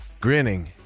grinning